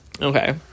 Okay